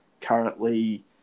Currently